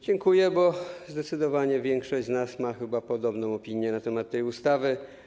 Dziękuję, bo zdecydowanie większość z nas ma chyba podobną opinię na temat tej ustawy.